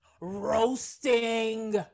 roasting